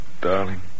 darling